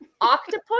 Octopus